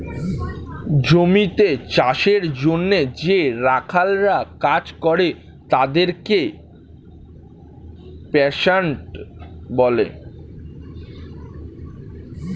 জমিতে চাষের জন্যে যে রাখালরা কাজ করে তাদেরকে পেস্যান্ট বলে